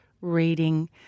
reading